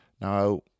Now